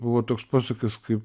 buvo toks posakis kaip